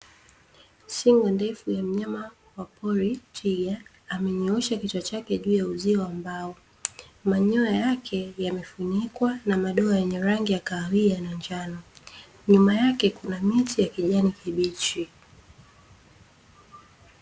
Shingo ndefu ya mnyama wa pori twiga amenyoosha kichwa chake juu ya uzio wa mbao, manyoya yake yamefunikwa na madoa yenye rangi ya kahawia na njano, nyuma yake kuna miti ya kijani kibichi.